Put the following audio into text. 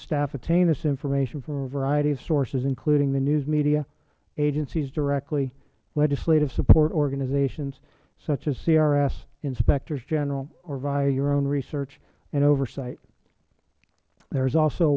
staff attain this information from a variety of sources including the news media agencies directly legislative support organizations such as crs inspectors general or via your own research and oversight there is also a